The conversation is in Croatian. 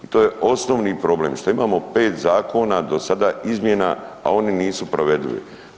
I to je osnovni problem što imamo 5 zakona do sada izmjena, a oni nisu provedivi.